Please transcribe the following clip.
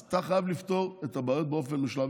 אז אתה חייב לפתור את הבעיות באופן משולב,